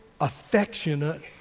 affectionate